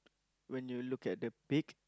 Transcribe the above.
when you look at the beak